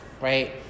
right